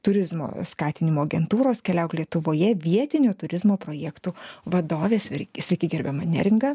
turizmo skatinimo agentūros keliauk lietuvoje vietinių turizmo projektų vadovės ir svir sveiki gerbiama neringa